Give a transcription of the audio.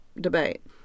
debate